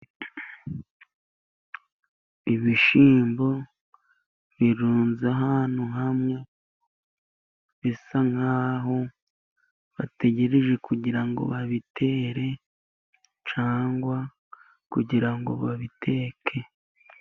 Ibishyimbo birunze ahantu hamwe, bisa nk'aho bategereje kugira ngo babitere cyangwa kugira ngo babiteke.